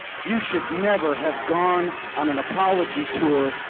you should never have gone on an apology tour,